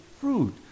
fruit